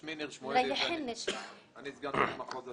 שמי ניר שמואלי, אני סגן מנהל מחוז הדרום.